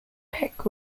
peck